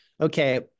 okay